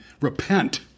repent